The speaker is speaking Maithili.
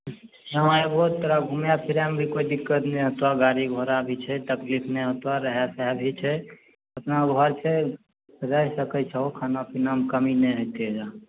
यहाँ एबहो तोरा घूमे फिरेमे भी कोइ दिक्कत नहि होतऽ गाड़ी घोड़ा भी छै तकलीफ नहि होतऽ रहएके भी छै अपना घर छै रहि सकैत छहो खाना पीनामे कमी नहि होयतै गऽ